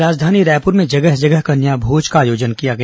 राजधानी रायपुर में जगह जगह कन्या भोज का आयोजन किया गया